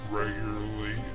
regularly